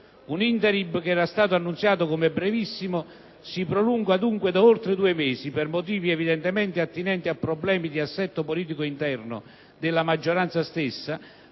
Un *interim* che era stato annunciato come brevissimo si prolunga dunque da oltre due mesi, per motivi evidentemente attinenti a problemi di assetto politico interno della maggioranza, ma